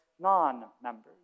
non-members